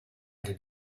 did